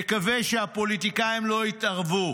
נקווה שהפוליטיקאים לא יתערבו.